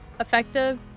Effective